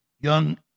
young